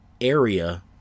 area